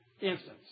instance